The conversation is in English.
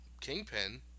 Kingpin